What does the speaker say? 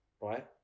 right